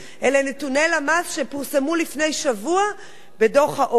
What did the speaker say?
אלה נתוני למ"ס שפורסמו לפני שבוע בדוח העוני.